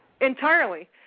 Entirely